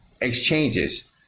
exchanges